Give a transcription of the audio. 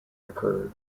occurred